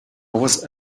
was